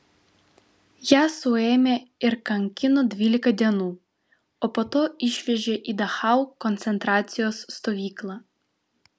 ją suėmė ir kankino dvylika dienų o po to išvežė į dachau koncentracijos stovyklą